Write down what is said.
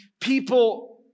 people